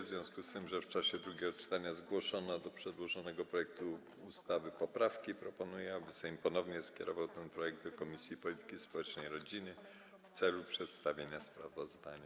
W związku z tym, że w czasie drugiego czytania zgłoszono do przedłożonego projektu ustawy poprawki, proponuję, aby Sejm ponownie skierował ten projekt do Komisji Polityki Społecznej i Rodziny w celu przedstawienia sprawozdania.